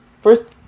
first